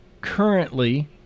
currently